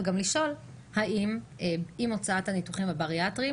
וגם לשאול האם עם הוצאת הניתוחים הבריאטריים